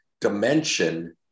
dimension